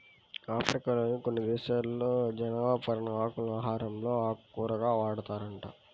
ఆఫ్రికాలోని కొన్ని దేశాలలో జనపనార ఆకులను ఆహారంలో ఆకుకూరగా వాడతారంట